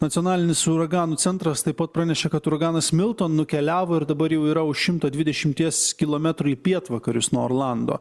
nacionalinis uraganų centras taip pat pranešė kad uraganas milton nukeliavo ir dabar jau yra už šimto dvidešimties kilometrų į pietvakarius nuo orlando